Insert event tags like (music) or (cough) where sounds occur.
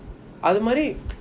அது மாறி:athu maari (noise)